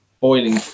boiling